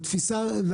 בין הראשונים בעולם.